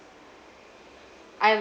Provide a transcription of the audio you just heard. I'm